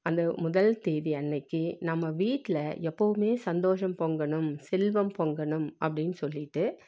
அந்த முதல் தேதி அன்றைக்கி நம்ம வீட்டில் எப்பவுமே சந்தோஷம் பொங்கணும் செல்வம் பொங்கணும் அப்படின் சொல்லிவிட்டு